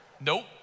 Nope